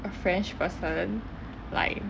a french person like